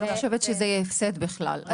אני חושבת שזה יהיה הפסד בכלל,